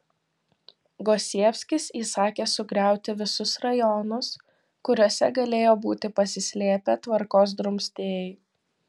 gosievskis įsakė sugriauti visus rajonus kuriuose galėjo būti pasislėpę tvarkos drumstėjai